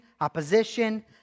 opposition